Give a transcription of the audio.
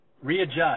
readjust